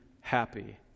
happy